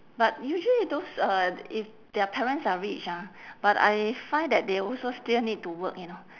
but usually those uh if their parents are rich ah but I find that they also still need to work you know